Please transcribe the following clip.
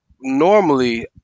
normally